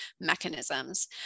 mechanisms